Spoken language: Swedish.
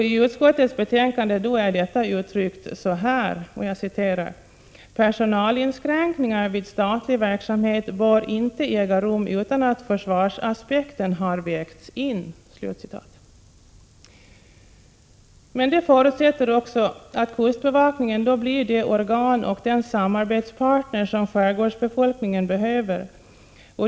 I utskottsbetänkandet är detta uttryckt sålunda: Personalinskränkningar vid statlig verksamhet bör inte äga rum utan att försvarsaspekten har vägts in. Det förutsätter också att kustbevakningen blir det organ och den samarbetspartner skärgårdsbefolkningen behöver.